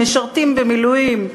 משרתים במילואים.